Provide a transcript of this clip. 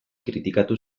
kritikatu